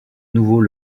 nouveau